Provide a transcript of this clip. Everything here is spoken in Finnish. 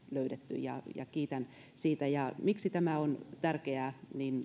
löydetty ja kiitän siitä miksi tämä on tärkeää